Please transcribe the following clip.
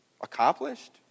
Accomplished